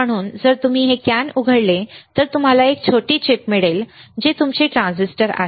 म्हणून जर तुम्ही हे कॅन उघडले तर तुम्हाला एक छोटी चिप मिळेल जी तुमची ट्रान्झिस्टर आहे